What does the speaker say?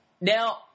Now